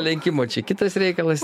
lenkimo čia kitas reikalas